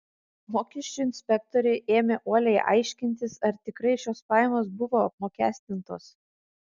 mokesčių inspektoriai ėmė uoliai aiškintis ar tikrai šios pajamos buvo apmokestintos